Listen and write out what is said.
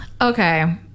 Okay